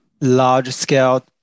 large-scale